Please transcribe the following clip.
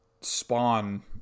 spawn